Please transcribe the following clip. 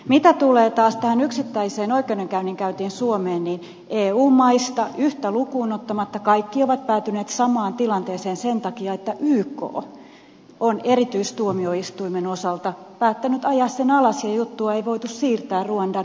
mitä tulee taas tähän yksittäiseen oikeudenkäyntiin suomessa niin eu maista yhtä lukuun ottamatta kaikki ovat päätyneet samaan tilanteeseen sen takia että yk on erityistuomioistuimen osalta päättänyt ajaa sen alas ja juttua ei voitu siirtää ruandan erikoistuomioistuimeen